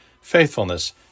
faithfulness